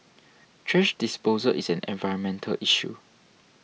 thrash disposal is an environmental issue